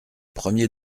premier